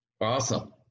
Awesome